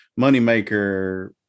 Moneymaker